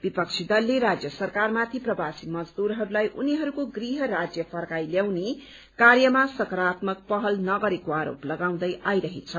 विपक्षी दलले राज्य सरकारमाथि प्रवासी मजदूरहरूलाई उनीहरूको गृह राज्य फर्काई ल्याउने कार्यमा सकारात्मक पहल नगरेको आरोप लगाउँदै आइरहेछ